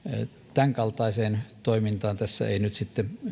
tämänkaltaiseen toimintaan tässä ei nyt sitten